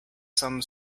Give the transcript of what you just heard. some